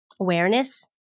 awareness